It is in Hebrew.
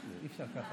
אי-אפשר ככה,